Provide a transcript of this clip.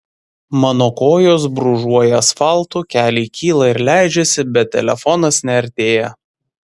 mano kojos brūžuoja asfaltu keliai kyla ir leidžiasi bet telefonas neartėja